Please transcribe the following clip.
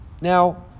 Now